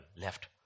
left